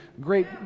great